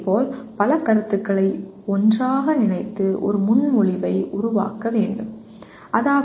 இதேபோல் பல கருத்துக்களை ஒன்றாக இணைத்து ஒரு முன்மொழிவை உருவாக்க முடியும்